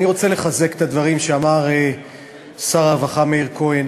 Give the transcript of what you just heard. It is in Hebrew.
אני רוצה לחזק את הדברים שאמר שר הרווחה מאיר כהן